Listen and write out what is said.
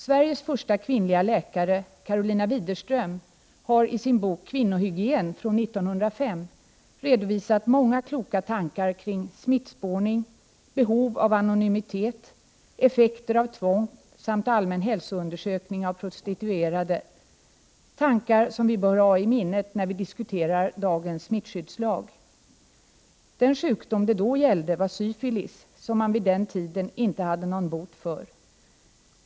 Sveriges första kvinnliga läkare, Karolina Widerström, har i sin bok Kvinnohygien från 1905 redovisat många kloka tankar kring smittspårning, behov av anonymitet, effekter av tvång samt allmän hälsoundersökning av prostituerade. Det är tankar som vi bör ha i minnet när vi diskuterar dagens smittskyddslag. Den sjukdom det då gällde var syfilis, som man vid den tiden inte hade någon bot för.